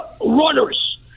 runners